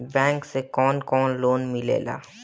Bank से कौन कौन लोन मिलेला?